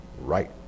right